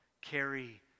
carry